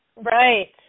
right